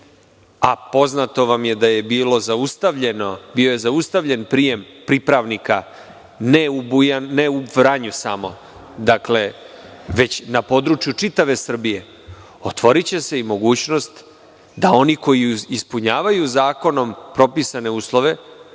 a poznato vam je da je bilo zaustavljeno prijem pripravnika, ne samo u Vranju, već na području čitave Srbije, otvoriće se i mogućnost da oni koji ispunjavaju zakonom propisane uslove